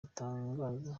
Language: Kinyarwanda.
atangaza